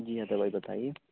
جی حیدر بھائی بتائیے